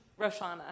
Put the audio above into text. Roshana